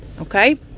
Okay